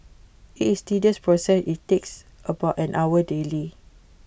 IT is tedious process IT takes about an hour daily